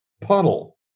puddle